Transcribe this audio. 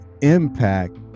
impact